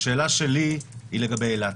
השאלה שלי היא לגבי אילת.